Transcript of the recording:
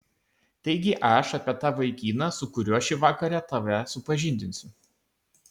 taigi aš apie tą vaikiną su kuriuo šį vakarą tave supažindinsiu